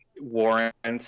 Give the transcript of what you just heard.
warrants